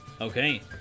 Okay